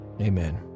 Amen